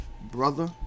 Brother